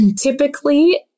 Typically